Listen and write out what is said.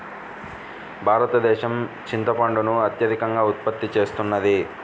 భారతదేశం చింతపండును అత్యధికంగా ఉత్పత్తి చేస్తున్నది